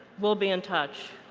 we'll be in touch.